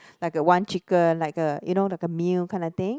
like a one chicken like a you know like a meal kind of thing